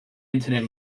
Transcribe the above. internet